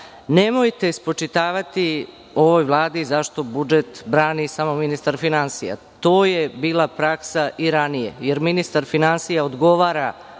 nemojte spočitavati ovoj vladi zašto budžet brani samo ministar finansija. To je bila praksa i ranije, jer ministar finansija odgovara